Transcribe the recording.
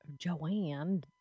Joanne